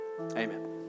amen